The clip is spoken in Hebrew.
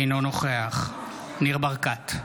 אינו נוכח ניר ברקת,